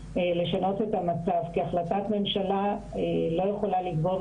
לשנות את המצב כי החלטת ממשלה לא יכולה לבנות